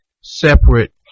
separate